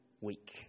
week